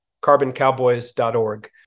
CarbonCowboys.org